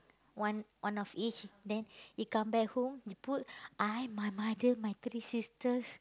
one one of each then you come back home you put I my mother my three sisters